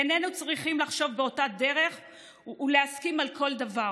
איננו צריכים לחשוב באותה דרך ולהסכים על כל דבר,